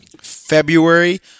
February